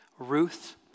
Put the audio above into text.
Ruth